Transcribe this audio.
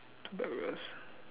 got wheels